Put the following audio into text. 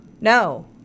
No